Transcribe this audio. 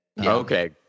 Okay